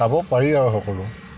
চাব পাৰি আৰু সকলো